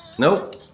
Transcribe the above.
Nope